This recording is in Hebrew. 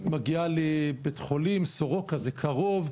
היא מגיעה לבית חולים סורוקה שזה קרוב,